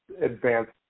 advanced